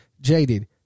jaded